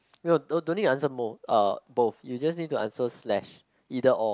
don't need your answer both uh both you just need to answer slash either or